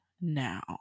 Now